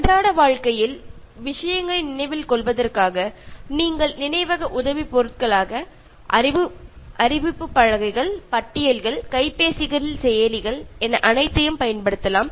அன்றாட வாழ்க்கையில் விஷயங்களை நினைவில் கொள்வதற்காக நீங்கள் நினைவக உதவிப் பொருட்களாக அறிவிப்பு பலகைகள் பட்டியல்கள் கைப்பேசிகளில் செயலிகள் என அனைத்தையும் பயன்படுத்தலாம்